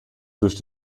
durch